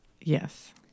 Yes